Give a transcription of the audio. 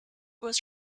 was